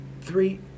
three